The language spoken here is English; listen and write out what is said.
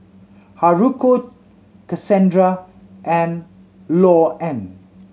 Haruko Cassandra and Louann